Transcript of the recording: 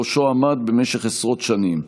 שבראשו עמד במשך עשרות שנים.